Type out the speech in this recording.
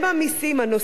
הנושא בנטל,